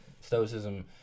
stoicism